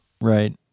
Right